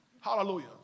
Hallelujah